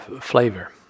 flavor